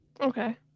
Okay